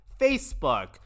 Facebook